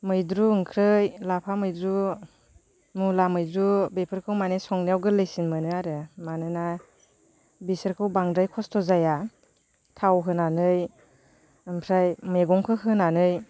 मैद्रु ओंख्रि लाफा मैद्रु मुला मैद्रु बेफोरखौ माने संनायाव गोरलैसिन मोनो आरो मानोना बेफोरखौ बांद्राय खस्थ' जाया थाव होनानै ओमफ्राय मैगंखौ होनानै